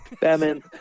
Batman